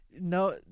no